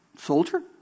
Soldier